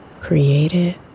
created